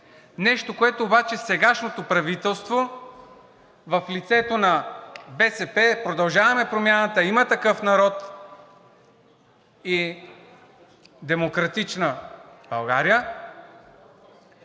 Нещо, което обаче сегашното правителство, в лицето на БСП, „Продължаваме Промяната“, „Има такъв народ“ и „Демократична България“